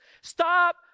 Stop